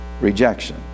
rejection